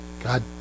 God